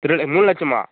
மூணு லட்சமா